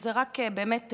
באמת,